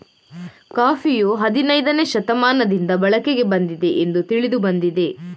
ಕಾಫಿಯು ಹದಿನೈದನೇ ಶತಮಾನದಿಂದ ಬಳಕೆಗೆ ಬಂದಿದೆ ಎಂದು ತಿಳಿದು ಬಂದಿದೆ